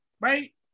right